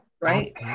right